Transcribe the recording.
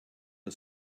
the